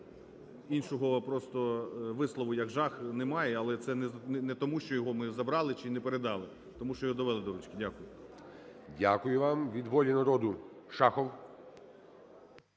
іншого просто вислову, як жах, немає, але це не тому, що його ми забрали чи не передали, а тому що його довели "до ручки". Дякую. ГОЛОВУЮЧИЙ. Дякую вам. Від "Волі народу" Шахов.